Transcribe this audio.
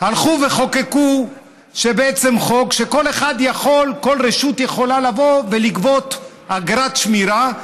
הלכו וחוקקו חוק שכל רשות יכולה לבוא ולגבות אגרת שמירה,